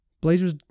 Blazers